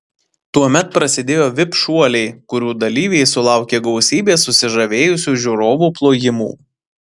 tuomet prasidėjo vip šuoliai kurių dalyviai sulaukė gausybės susižavėjusių žiūrovų plojimų